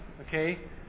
okay